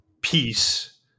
peace